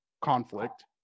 conflict